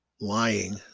lying